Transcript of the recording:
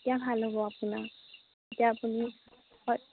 এতিয়া ভাল হ'ব আপোনাক এতিয়া আপুনি হয়